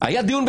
אין איזון.